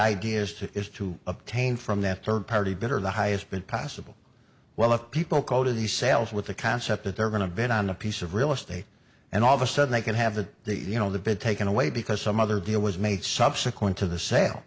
idea is to is to obtain from that third party better the highest bid possible while of people go to the sales with the concept that they're going to bid on a piece of real estate and all of a sudden they can have the you know they've been taken away because some other deal was made subsequent to the sale